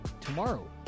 tomorrow